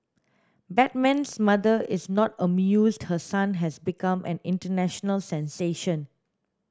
batman's mother is not amused her son has become an international sensation